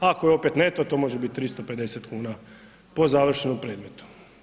Ako je opet neto to može biti 350 kuna po završenom predmetu.